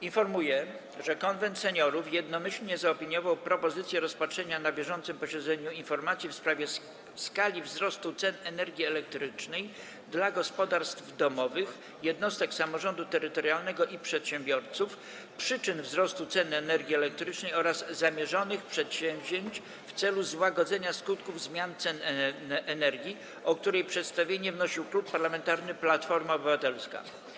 Informuję, że Konwent Seniorów jednomyślnie zaopiniował propozycję rozpatrzenia na bieżącym posiedzeniu informacji w sprawie skali wzrostu cen energii elektrycznej dla gospodarstw domowych, jednostek samorządu terytorialnego i przedsiębiorców, przyczyn wzrostu cen energii elektrycznej oraz zamierzonych przedsięwzięć w celu złagodzenia skutków zmian cen energii, o której przedstawienie wnosił Klub Parlamentarny Platforma Obywatelska.